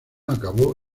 acabó